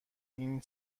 این